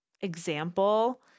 example